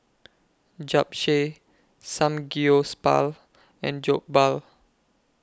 Japchae Samgyeopsal and Jokbal